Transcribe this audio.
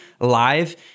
live